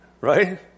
Right